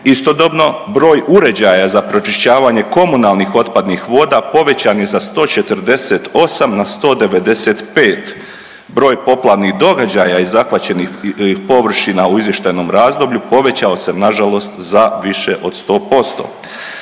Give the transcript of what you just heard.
Istodobno broj uređaja za pročišćavanje komunalnih otpadnih voda povećan je za 148 na 195. Broj poplavnih događaja i zahvaćenih površina u izvještajnom razdoblju povećao se na žalost za više od sto